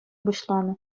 пуҫланӑ